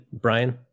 Brian